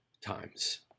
times